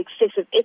excessive